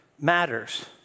matters